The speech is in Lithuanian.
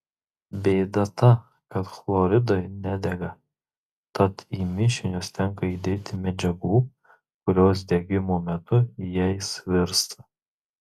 bėda ta kad chloridai nedega tad į mišinius tenka įdėti medžiagų kurios degimo metu jais virsta